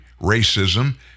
racism